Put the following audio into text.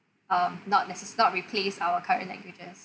um not necess~ not replace our current languages